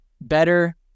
better